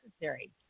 necessary